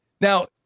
Now